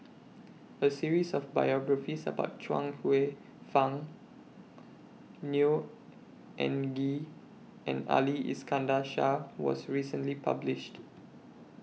A series of biographies about Chuang Hsueh Fang Neo Anngee and Ali Iskandar Shah was recently published